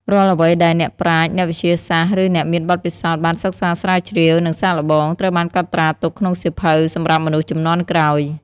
រាល់អ្វីដែលអ្នកប្រាជ្ញ អ្នកវិទ្យាសាស្ត្រ ឬអ្នកមានបទពិសោធន៍បានសិក្សាស្រាវជ្រាវ និងសាកល្បង ត្រូវបានកត់ត្រាទុកក្នុងសៀវភៅសម្រាប់មនុស្សជំនាន់ក្រោយ។